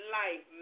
life